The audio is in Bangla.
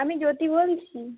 আমি জ্যোতি বলছি